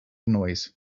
noise